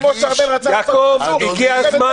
כמו שארבל רצה --- אדוני --- הגיע הזמן,